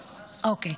טוב, אוקיי.